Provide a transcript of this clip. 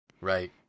Right